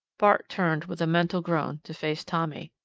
bart turned, with a mental groan, to face tommy.